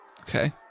Okay